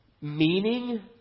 Meaning